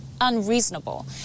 unreasonable